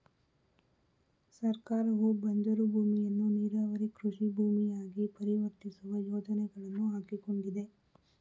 ಸರ್ಕಾರವು ಬಂಜರು ಭೂಮಿಯನ್ನು ನೀರಾವರಿ ಕೃಷಿ ಭೂಮಿಯಾಗಿ ಪರಿವರ್ತಿಸುವ ಯೋಜನೆಗಳನ್ನು ಹಾಕಿಕೊಂಡಿದೆ